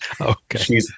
Okay